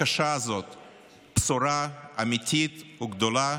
בשורה אמיתית וגדולה